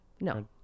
No